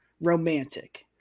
romantic